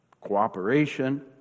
cooperation